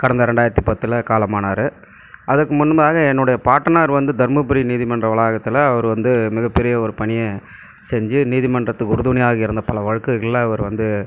கடந்த ரெண்டாயிரத்தி பத்தில் காலமானார் அதற்கு முன்பாக என்னுடைய பாட்டனார் வந்து தருமபுரி நீதிமன்ற வளாகத்தில் அவர் வந்து மிகப்பெரிய ஒரு பணியை செஞ்சு நீதிமன்றத்துக்கு உறுதுணையாக இருந்த பல வழக்குகளில் அவர் வந்து